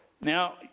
Now